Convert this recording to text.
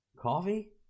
Coffee